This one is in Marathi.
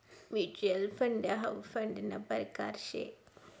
म्युच्युअल फंड हाउ फंडना परकार शे